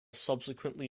subsequently